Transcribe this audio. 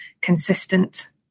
consistent